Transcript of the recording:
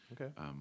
Okay